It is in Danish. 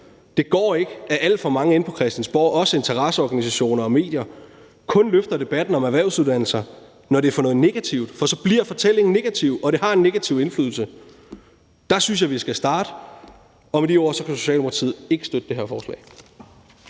Det går ikke, at alt for mange inde på Christiansborg, også interesseorganisationer og medier, kun løfter debatten om erhvervsuddannelser, når det er for noget negativt, for så bliver fortællingen negativ, og det har en negativ indflydelse. Der synes jeg vi skal starte, og med de ord kan Socialdemokratiet ikke støtte det her forslag.